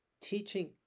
teaching